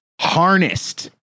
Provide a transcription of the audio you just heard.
Harnessed